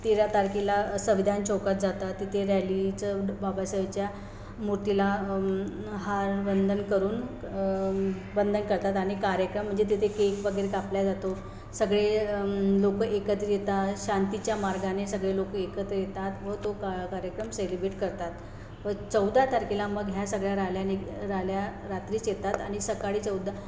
तेरा तारखेला संविधान चौकात जातात तिथे रॅलीचं बाबासाहेबाच्या मूर्तीला हार वंदन करून वंदन करतात आणि कार्यक्रम म्हणजे तिथे केक वगैरे कापल्या जातो सगळे लोकं एकत्र येतात शांतीच्या मार्गाने सगळे लोकं एकत्र येतात व तो का कार्यक्रम सेलिबेट करतात व चौदा तारखेला मग ह्या सगळ्या राल्या आणि राल्या रात्रीच येतात आणि सकाळी चौदा